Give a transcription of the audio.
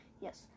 yes